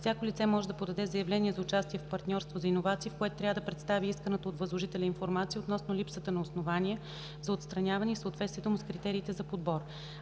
Всяко лице може да подаде заявление за участие в партньорство за иновации, в което трябва да представи исканата от възложителя информация относно липсата на основания за отстраняване и съответствието му с критериите за подбор.